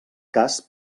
cas